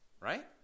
right